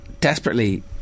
desperately